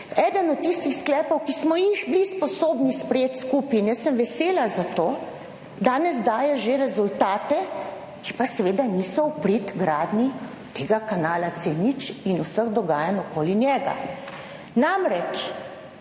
Eden od tistih sklepov, ki smo jih bili sposobni sprejeti skupaj in jaz sem vesela za to, danes daje že rezultate, ki pa seveda niso v prid gradnji tega kanala C0 in vseh dogajanj okoli njega. Namreč